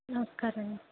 నమస్కారమండి